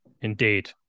Indeed